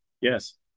yes